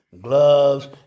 gloves